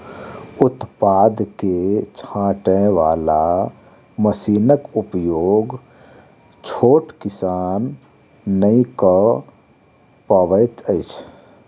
उत्पाद के छाँटय बाला मशीनक उपयोग छोट किसान नै कअ पबैत अछि